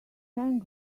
hang